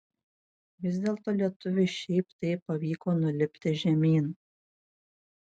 vis dėlto lietuviui šiaip taip pavyko nulipti žemyn